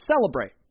celebrate